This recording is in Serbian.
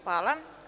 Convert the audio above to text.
Hvala.